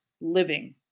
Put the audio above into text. living